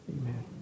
Amen